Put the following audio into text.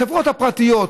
החברות הפרטיות,